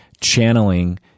channeling